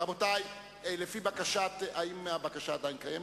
רבותי, לפי בקשת, האם הבקשה עדיין קיימת?